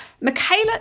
Michaela